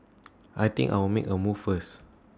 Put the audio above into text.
I think I'll make A move first